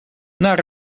naar